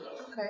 Okay